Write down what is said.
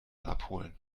abholen